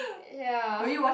ya